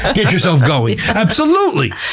get yourself going. absolutely!